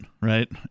right